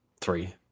Three